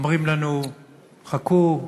אומרים לנו: חכו,